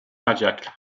cardiaque